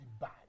bad